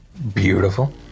beautiful